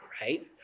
right